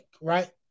right